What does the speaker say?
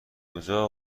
کجا